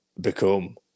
become